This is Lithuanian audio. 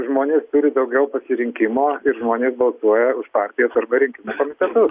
žmonės turi daugiau pasirinkimo ir žmonės balsuoja už partijas arba rinkimų komitetus